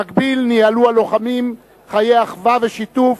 במקביל ניהלו הלוחמים חיי אחווה ושיתוף,